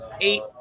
eight